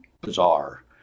bizarre